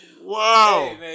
Wow